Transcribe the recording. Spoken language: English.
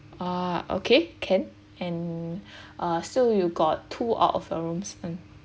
uh okay can and uh still you got two out of a rooms